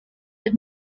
and